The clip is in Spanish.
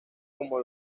como